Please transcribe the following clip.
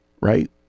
right